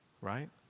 right